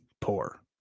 poor